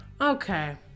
Okay